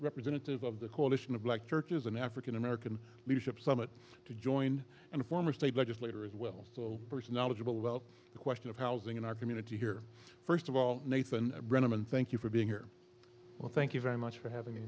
representative of the coalition of black churches an african american leadership summit to join and former state legislator as well as will knowledgeable well the question of housing in our community here first of all nathan brennaman thank you for being here well thank you very much for having